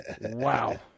Wow